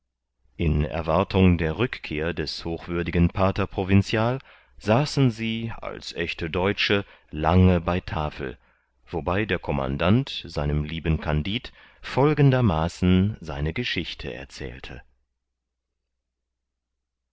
in erwartung der rückkehr des hochwürdigen pater provinzial saßen sie als echte deutsche lange bei tafel wobei der commandant seinem lieben kandid folgendermaßen seine geschichte erzählte